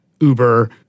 Uber